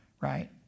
right